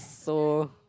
so